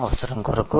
అవసరం కొరకు